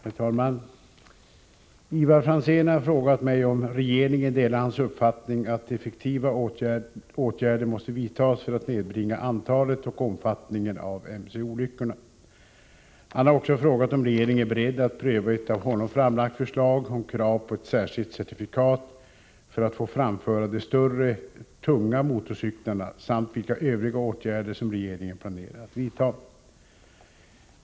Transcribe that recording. Herr talman! Ivar Franzén har frågat mig om regeringen delar hans uppfattning att effektiva åtgärder måste vidtas för att nedbringa antalet och omfattningen av mc-olyckorna. Han har också frågat om regeringen är beredd att pröva ett av honom framlagt förslag om krav på ett särskilt certifikat för att få framföra de större tunga motorcyklarna, samt vilka övriga åtgärder som regeringen planerar att vidta.